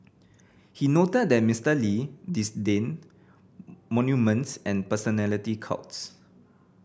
he noted that Mister Lee disdained monuments and personality cults